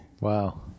Wow